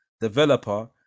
developer